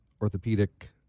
orthopedic